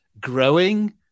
growing